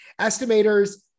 Estimators